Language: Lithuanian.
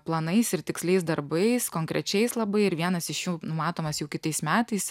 planais ir tiksliais darbais konkrečiais labai ir vienas iš jų numatomas jau kitais metais